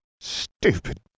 Stupid